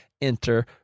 enter